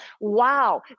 wow